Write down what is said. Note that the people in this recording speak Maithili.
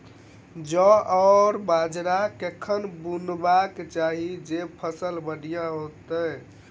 जौ आ बाजरा कखन बुनबाक चाहि जँ फसल बढ़िया होइत?